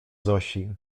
zosi